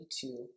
two